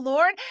Lord